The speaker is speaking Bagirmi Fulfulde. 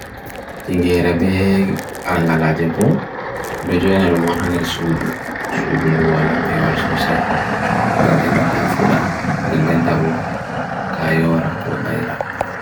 Tinge rebe arangala jebo, rejo nere mohaner sudu, sudu ndu wala peo al sosai, gamheba tafuda, nenden ta bo tayo rako laila.